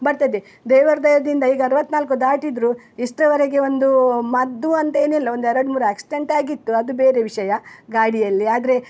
ಬರ್ತದೆ ದೇವರ ದಯದಿಂದ ಈಗ ಅರುವತ್ನಾಲ್ಕು ದಾಟಿದ್ರೂ ಇಷ್ಟರವರೆಗೆ ಒಂದೂ ಮದ್ದು ಅಂತೇನಿಲ್ಲ ಒಂದು ಎರಡು ಮೂರು ಆಕ್ಸಿಡೆಂಟಾಗಿತ್ತು ಅದು ಬೇರೆ ವಿಷಯ ಗಾಡಿಯಲ್ಲಿ ಆದರೆ